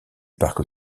parc